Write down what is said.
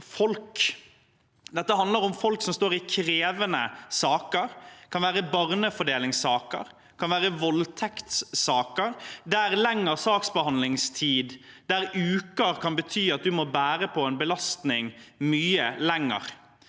Dette handler om folk som står i krevende saker – det kan være barnefordelingssaker, det kan være voldtektssaker – der noen uker lengre saksbehandlingstid kan bety at man må bære på en belastning mye lenger.